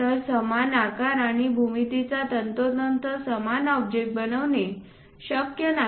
तर समान आकार आणि भूमितीचा तंतोतंत समान ऑब्जेक्ट बनविणे शक्य नाही